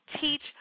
teach